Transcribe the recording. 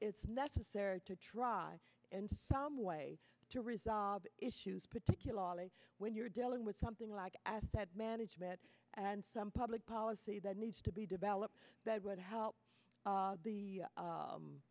it's necessary to try in some way to resolve issues particularly when you're dealing with something like asset management and some public policy that needs to be developed that would help the